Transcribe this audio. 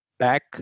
Back